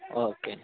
okay